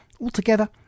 Altogether